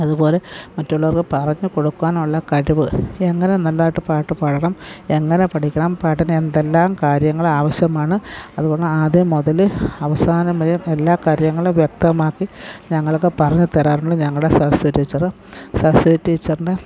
അതുപോലെ മറ്റുള്ളവർക്ക് പറഞ്ഞു കൊടുക്കുവാനുള്ള കഴിവ് എങ്ങനെ നന്നായിട്ട് പാട്ടു പാടണം എങ്ങനെ പഠിക്കണം പാട്ടിന് എന്തെല്ലാം കാര്യങ്ങൾ ആവശ്യമാണ് അതുകൊണ്ട് ആദ്യം മുതൽ അവസാനം വരേയും എല്ലാ കാര്യങ്ങളും വ്യക്തമാക്കി ഞങ്ങൾക്ക് പറഞ്ഞു തരാറുണ്ട് ഞങ്ങളുടെ സരസ്വതി ടീച്ചറ് സരസ്വതി ടീച്ചറിൻ്റെ